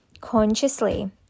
consciously